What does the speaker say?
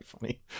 funny